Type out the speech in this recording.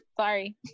Sorry